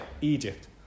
Egypt